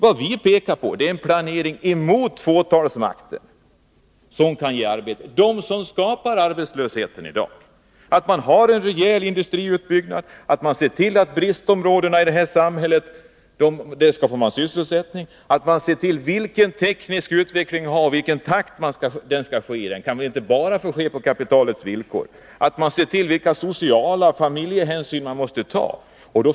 Vad vi föreslår är en planering mot fåtalsmakten, mot dem som skapar arbetslöshet i dag. Vi anser att man måste har en rejäl industriutbyggnad, se till att bristområdena får sysselsättning. Vi måste ha inflytande på vilken teknisk utveckling vi skall ha och i vilken takt den skall ske — den kan inte bara få ske på kapitalets villkor. Vidare måste man se efter vilka sociala hänsyn och familjehänsyn som måste tas.